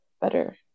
better